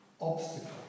obstacle